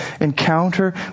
encounter